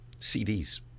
CDs